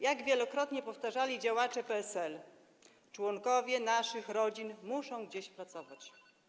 Jak wielokrotnie powtarzali działacze PSL, członkowie naszych rodzin muszą gdzieś pracować.